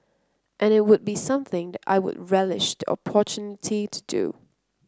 and it would be something that I would relish the opportunity to do